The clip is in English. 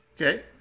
Okay